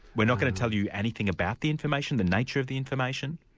we're not going to tell you anything about the information, the nature of the information'?